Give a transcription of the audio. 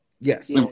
Yes